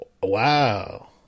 Wow